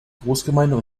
großgemeinden